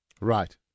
right